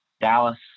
Dallas